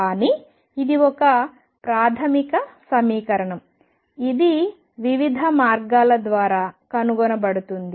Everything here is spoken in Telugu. కానీ ఇది ఒక ప్రాథమిక సమీకరణం ఇది వివిధ మార్గాల ద్వారా కనుగొనబడుతుంది